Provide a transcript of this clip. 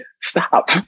stop